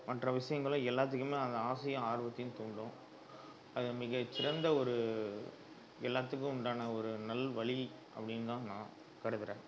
மற்ற விஷயங்களும் எல்லாத்துக்குமே அது ஆசையும் ஆர்வத்தையும் தூண்டும் அது மிகச் சிறந்த ஒரு எல்லாத்துக்கும் உண்டான ஒரு நல்வழி அப்படிந்தான் நான் கருதுகிறேன்